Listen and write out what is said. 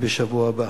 בשבוע הבא.